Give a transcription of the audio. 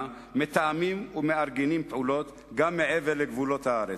ומתאמים ומארגנים פעולות גם מעבר לגבולות הארץ.